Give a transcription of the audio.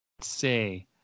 say